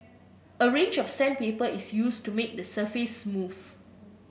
a range of sandpaper is used to make the surface smooth